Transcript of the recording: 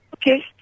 Okay